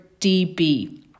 dB